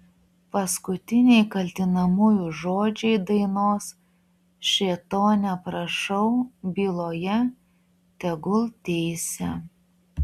paskutiniai kaltinamųjų žodžiai dainos šėtone prašau byloje tegul teisia